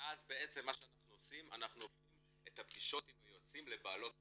ואז אנחנו הופכים את הפגישות עם היועצים לבעלות תוכן,